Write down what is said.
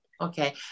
okay